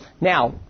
Now